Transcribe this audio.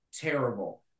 terrible